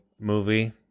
movie